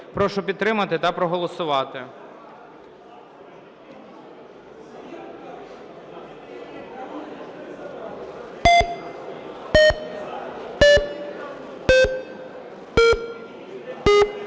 Прошу підтримати та проголосувати.